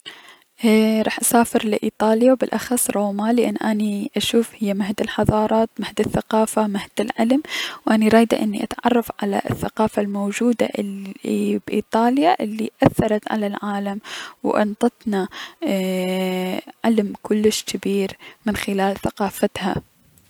اي راح اسافر الى ايطاليا و بلأخص روما لأن اني اشوف انو هي مهد الحضارات مهد الثقافات مهد العلم و اني رايدة اني اتعرف على الثقافة الموجودة الي بأيطاليا و الي اثرت على العالم و انطتنا ايي- علم كلش جبير من خلال ثقافتها.